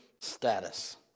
status